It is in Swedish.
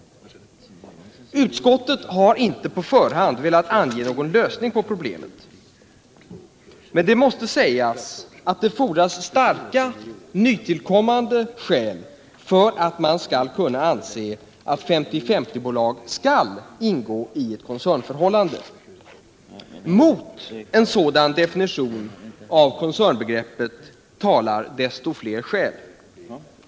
Utskottet har inte på förhand velat ange någon lösning på problemet. Men det måste sägas att det fordras starka nytillkommande skäl för att man skall anse att 50/50-bolag skall ingå i ett koncernförhållande. Mot en sådan definition av koncernbegreppet talar många skäl.